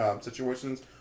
situations